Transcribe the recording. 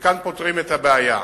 וכאן פותרים את הבעיה.